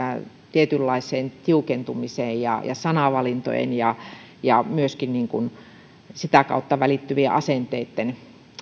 tietynlaiseen tiukentumiseen ja sanavalintojen ja ja myöskin sitä kautta välittyvien asenteitten